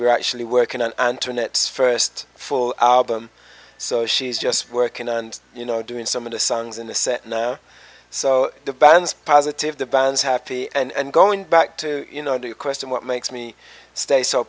we're actually work in an internet st full album so she's just working and you know doing some of the songs in the set now so the band's positive the bands happy and going back to you know do you question what makes me stay so